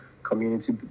community